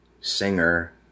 singer